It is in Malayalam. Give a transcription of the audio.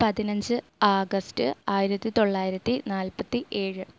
പതിനഞ്ച് ആഗസ്റ്റ് ആയിരത്തി തൊള്ളായിരത്തി നാല്പ്പത്തി ഏഴ്